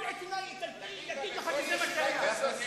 כל עיתונאי איטלקי יגיד לך שזה מה שהיה.